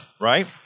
right